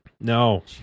no